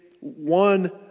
one